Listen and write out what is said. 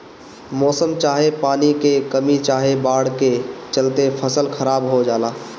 मौसम चाहे पानी के कमी चाहे बाढ़ के चलते फसल खराब हो जला